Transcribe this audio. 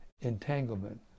Entanglement